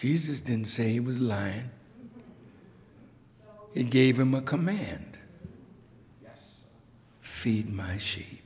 jesus didn't say he was lying and gave him a command feed my she